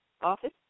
office